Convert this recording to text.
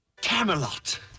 Camelot